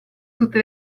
tutte